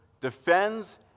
defends